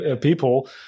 people